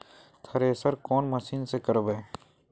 Thresher कौन machine से करबे?